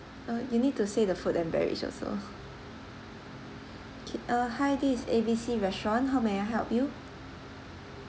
uh you need to say the food and beverage also okay uh hi this is A B C restaurant how may I help you